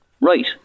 Right